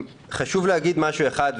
חשוב להגיד משהו אחד,